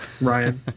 Ryan